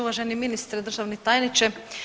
Uvaženi ministre, državni tajniče.